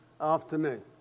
afternoon